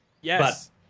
Yes